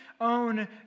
own